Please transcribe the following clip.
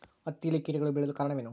ಹತ್ತಿಯಲ್ಲಿ ಕೇಟಗಳು ಬೇಳಲು ಕಾರಣವೇನು?